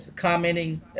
commenting